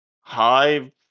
Hi